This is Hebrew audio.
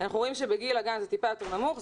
אנחנו רואים שבגיל הגן זה טיפה יותר נמוך,